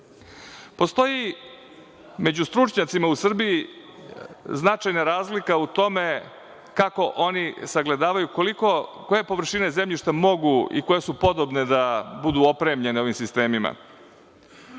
zaradi. Postoji među stručnjacima u Srbiji značajna razlika u tome kako oni sagledavaju koje površine zemljišta mogu i koje su podobne da budu opremljene ovim sistemima.